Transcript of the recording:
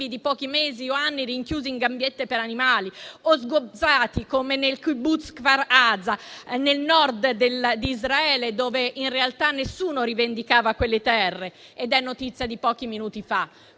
di pochi mesi o anni rinchiusi in gabbiette per animali o sgozzati, come nel *kibbutz* di Kfar Aza, nel nord di Israele, dove in realtà nessuno rivendicava quelle terre: è notizia di pochi minuti fa.